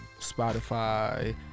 spotify